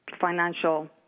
financial